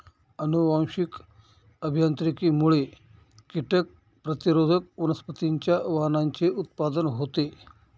अनुवांशिक अभियांत्रिकीमुळे कीटक प्रतिरोधक वनस्पतींच्या वाणांचे उत्पादन होते